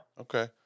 Okay